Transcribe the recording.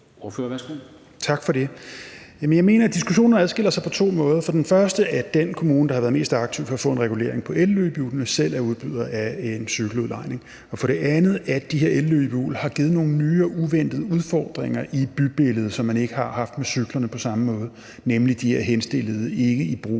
Petersen (RV): Tak for det. Jeg mener, at diskussionen adskiller sig på to måder: For det første, at den kommune, der har været mest aktiv for at få en regulering på elløbehjulene, selv er udbyder af en cykeludlejning, og for det andet, at de her elløbehjul har givet nogle nye og uventede udfordringer i bybilledet, som man ikke har haft med cyklerne på samme måde, nemlig de her henstillede løbehjul,